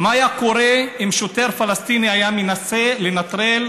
מה היה קורה אם שוטר פלסטיני היה מנסה לנטרל